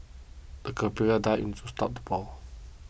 the dived to stop the ball